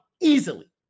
easily